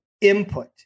input